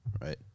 right